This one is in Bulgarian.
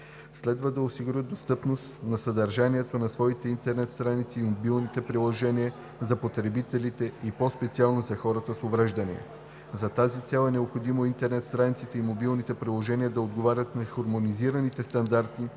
следва да осигуряват достъпност на съдържанието на своите интернет страници и мобилни приложения за потребителите и по-специално за хората с увреждания. За тази цел е необходимо интернет страниците и мобилните приложения да отговарят на хармонизираните стандарти,